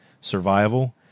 survival